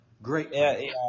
Great